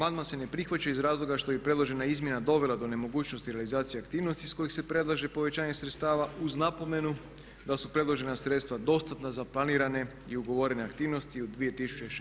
Amandman se ne prihvaća iz razloga što bi predložena izmjena dovela do nemogućnosti realizacije aktivnosti iz kojih se predlaže povećanje sredstava uz napomenu da su predložena sredstva dostatna za planirane i ugovorene aktivnosti u 2016. godini.